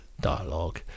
dialogue